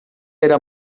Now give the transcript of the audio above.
era